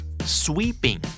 Sweeping